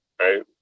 right